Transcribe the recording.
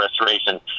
restoration